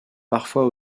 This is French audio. parfois